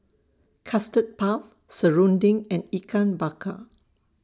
Custard Puff Serunding and Ikan Bakar